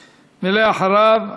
ואחריו,